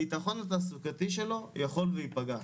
הביטחון התעסוקתי שלו יכול וייפגע.